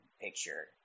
picture